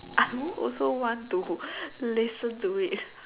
I won't also want to listen to it